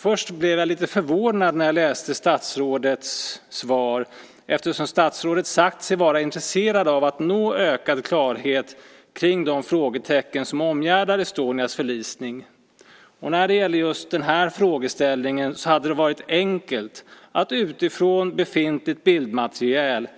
Först blev jag lite förvånad när jag läste statsrådets svar eftersom statsrådet sagt sig vara intresserad av att nå ökad klarhet kring de frågetecken som omgärdar Estonias förlisning. När det gäller just den här frågeställningen hade det varit enkelt att utifrån befintligt bildmaterial